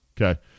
Okay